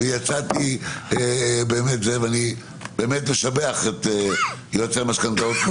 אני באמת משבח את יועצי המשכנתאות.